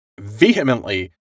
vehemently